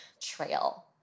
trail